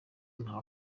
nta